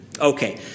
Okay